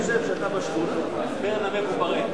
יושב-ראש ועדת הכספים.